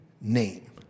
name